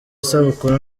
isabukuru